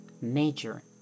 major